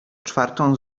czwartą